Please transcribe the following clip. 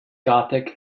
gothic